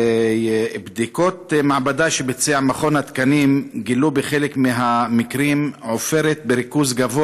בדיקות מעבדה שביצע מכון התקנים גילו בחלק מהמקרים עופרת בריכוז גבוה